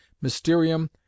Mysterium